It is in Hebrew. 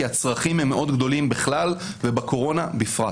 הצרכים הם גדולים מאוד בכלל ובקורונה בפרט.